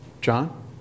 John